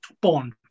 Bond